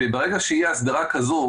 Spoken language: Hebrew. ברגע שתהיה הסדרה כזו